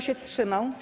się wstrzymał?